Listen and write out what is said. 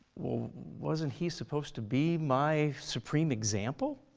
well wasn't he supposed to be my supreme example?